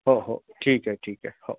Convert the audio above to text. हो हो ठीक आहे ठीक आहे हो